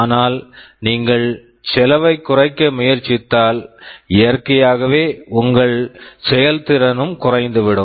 ஆனால் நீங்கள் செலவைக் குறைக்க முயற்சித்தால் இயற்கையாகவே உங்கள் செயல்திறனும் குறைந்துவிடும்